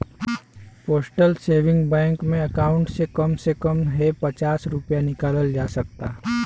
postal saving bank में account से कम से कम हे पचास रूपया निकालल जा सकता